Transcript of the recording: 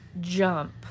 Jump